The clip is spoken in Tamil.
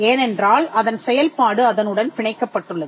ஏனென்றால் அதன் செயல்பாடு அதனுடன் பிணைக்கப்பட்டுள்ளது